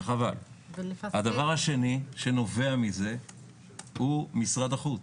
הדבר השני שנובע מזה הוא משרד החוץ.